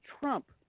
Trump